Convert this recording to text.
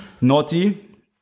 Naughty